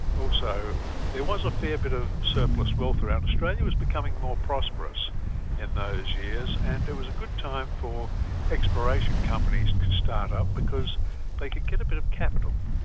also there was a fair bit of surplus wealth around. australia was becoming more prosperous in those years, and it was a good time for exploration companies to start up because they could get a bit of capital,